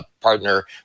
partner